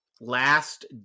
Last